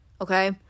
okay